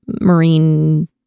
marine